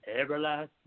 Everlasting